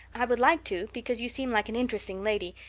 i would like to, because you seem like an interesting lady,